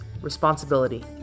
responsibility